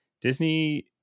disney